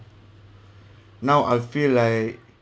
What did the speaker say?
now I feel like